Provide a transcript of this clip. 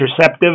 interceptive